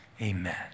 amen